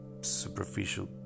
superficial